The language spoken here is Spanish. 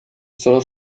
solo